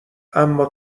اما